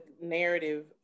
narrative